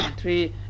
three